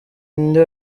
nde